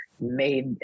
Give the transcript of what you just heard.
made